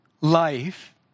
life